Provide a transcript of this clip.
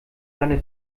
seine